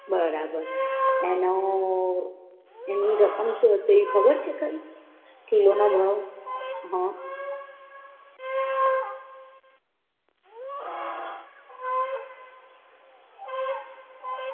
બરાબર એનો એની રકમ શું હશે ખબર છે કંઈ કિલોનો ભાવ હ